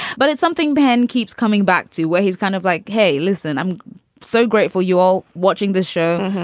but it's something ben keeps coming back to where he's kind of like, hey, listen, i'm so grateful you all watching this show.